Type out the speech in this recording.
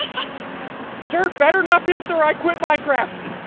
dirt better not be up there. i quit minecraft